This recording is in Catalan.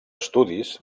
estudis